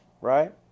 right